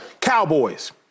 Cowboys